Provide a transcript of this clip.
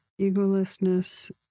egolessness